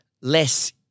less